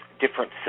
different